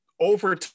over